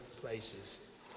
places